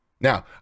Now